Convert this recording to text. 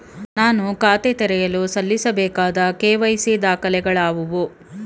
ನಾನು ಖಾತೆ ತೆರೆಯಲು ಸಲ್ಲಿಸಬೇಕಾದ ಕೆ.ವೈ.ಸಿ ದಾಖಲೆಗಳಾವವು?